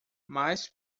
mais